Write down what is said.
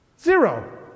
Zero